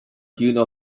juno